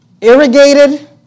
irrigated